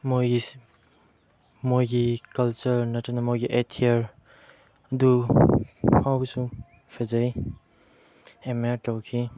ꯃꯣꯏꯒꯤ ꯀꯜꯆꯔ ꯅꯠꯇꯅ ꯃꯣꯏꯒꯤ ꯑꯦꯊꯤꯌꯔ ꯑꯗꯨ ꯐꯥꯎꯕꯁꯨ ꯐꯖꯩ ꯑꯦꯗꯃꯥꯏꯌꯔ ꯇꯧꯈꯤ